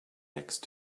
next